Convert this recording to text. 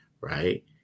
right